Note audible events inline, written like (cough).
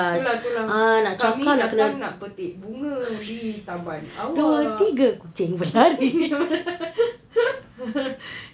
tu lah tu lah kami datang nak petik bunga di taman awak (laughs)